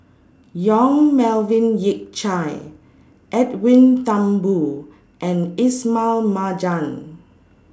Yong Melvin Yik Chye Edwin Thumboo and Ismail Marjan